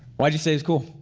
why'd you say it's cool?